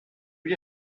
lui